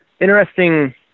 interesting